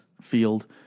field